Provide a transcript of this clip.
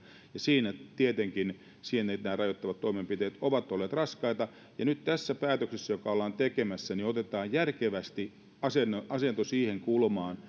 siinä tietenkin nämä rajoittavat toimenpiteet ovat olleet raskaita nyt tässä päätöksessä jota ollaan tekemässä otetaan järkevästi asento asento siihen kulmaan